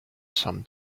some